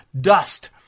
dust